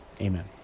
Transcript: Amen